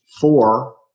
Four